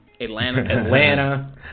Atlanta